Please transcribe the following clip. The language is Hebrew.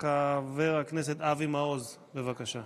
חבר הכנסת אבי מעוז, בבקשה.